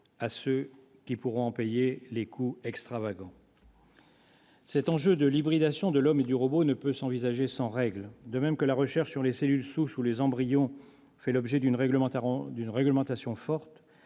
à ceux qui pourront en payer les coûts extravagants ? Cet enjeu de l'hybridation de l'homme et du robot ne peut s'envisager sans règles. De même que la recherche sur les cellules souches ou les embryons fait l'objet d'une réglementation forte,